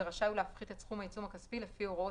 ורשאי הוא להפחית את סכום העיצום הכספי לפי הוראות